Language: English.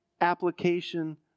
application